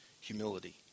humility